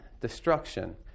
destruction